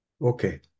Okay